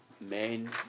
men